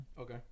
okay